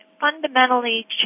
fundamentally